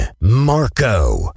Marco